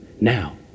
now